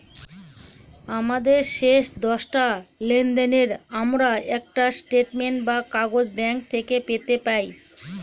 আমাদের শেষ দশটা লেনদেনের আমরা একটা স্টেটমেন্ট বা কাগজ ব্যাঙ্ক থেকে পেতে পাই